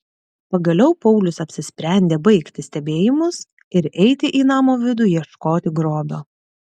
pagaliau paulius apsisprendė baigti stebėjimus ir eiti į namo vidų ieškoti grobio